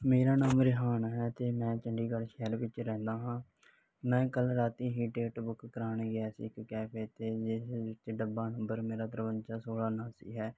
ਮੇਰਾ ਨਾਮ ਰੇਹਾਨ ਹੈ ਅਤੇ ਮੈਂ ਚੰਡੀਗੜ੍ਹ ਸ਼ਹਿਰ ਵਿੱਚ ਰਹਿੰਦਾ ਹਾਂ ਮੈਂ ਕੱਲ੍ਹ ਰਾਤ ਹੀ ਟਿਕਟ ਬੁੱਕ ਕਰਵਾਉਣ ਗਿਆ ਸੀ ਇੱਕ ਕੈਫੇ 'ਤੇ ਜਿਸ ਵਿੱਚ ਡੱਬਾ ਨੰਬਰ ਮੇਰਾ ਤਰਵੰਜਾ ਸੋਲ੍ਹਾਂ ਉਣਾਸੀ ਹੈ